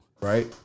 right